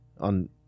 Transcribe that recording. on